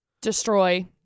Destroy